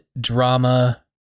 drama